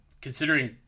considering